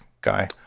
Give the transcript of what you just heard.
guy